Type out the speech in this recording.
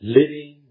Living